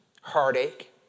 heartache